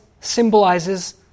symbolizes